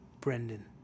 Brendan